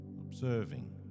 observing